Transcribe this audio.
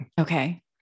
Okay